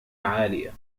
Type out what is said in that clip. عالية